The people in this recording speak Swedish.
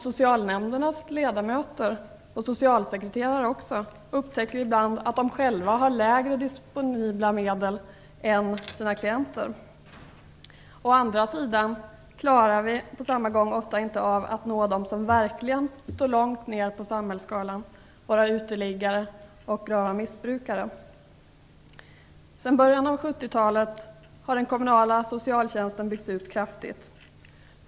Socialnämndernas ledamöter och socialkontorens socialsekreterare upptäcker ibland att de själva har lägre disponibla medel än sina klienter. Å andra sidan klarar vi på samma gång ofta inte av att nå dem som verkligen står långt nere på samhällsskalan, uteliggare och grava missbrukare. Sedan början av 70-talet har den kommunala socialtjänsten byggts ut kraftigt.